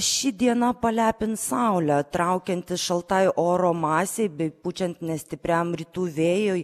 ši diena palepins saule traukiantis šaltai oro masei bei pučiant nestipriam rytų vėjui